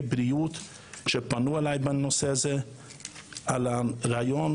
בריאות שפנו אלי בנושא הזה לגבי הרעיון